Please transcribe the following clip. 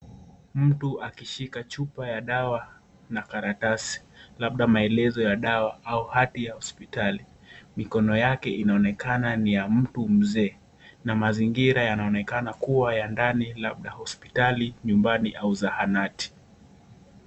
Mtu akishika chupa ya dawa na karatasi labda maelezo ya dawa au kadi ya hospitali. Mkono wake inaonekana NI ya mtu mzee na mazingira yanaonekana kuwa ya ndani ,labda hospitali, nyumbani au sahanati.